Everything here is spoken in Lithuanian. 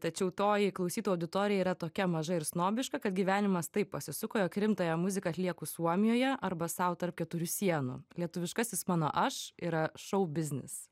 tačiau toji klausytojų auditorija yra tokia maža ir snobiška kad gyvenimas taip pasisuko jog rimtąją muziką atlieku suomijoje arba sau tarp keturių sienų lietuviškasis mano aš yra šou biznis